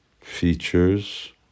features